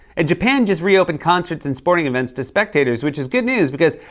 and japan just reopened concerts and sporting events to spectators, which is good news, because,